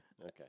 okay